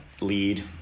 lead